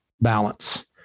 balance